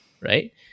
right